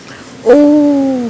oh